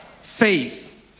faith